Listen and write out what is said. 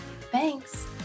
Thanks